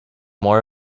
more